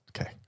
Okay